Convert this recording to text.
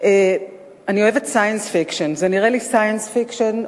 science fiction,